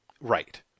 Right